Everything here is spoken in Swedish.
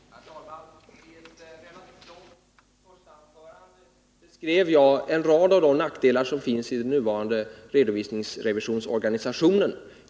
Herr talman! I ett relativt långt första anförande beskrev jag en rad av de nackdelar som är förenade med den nuvarande redovisningsrevisionsorganisationen.